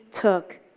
took